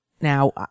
Now